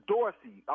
Dorsey